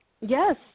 Yes